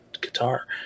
guitar